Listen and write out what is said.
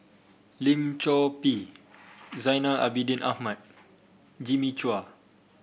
Lim Chor Pee Zainal Abidin Ahmad Jimmy Chua